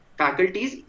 faculties